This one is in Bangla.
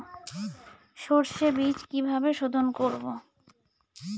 সর্ষে বিজ কিভাবে সোধোন করব?